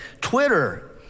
Twitter